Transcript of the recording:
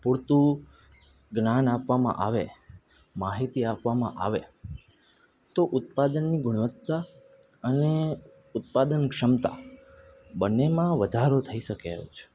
પૂરતું જ્ઞાન આપવામાં આવે માહિતી આપવામાં આવે તો ઉત્પાદનની ગુણવત્તા અને ઉત્પાદન ક્ષમતા બન્નેમાં વધારો થઈ શકે એમ છે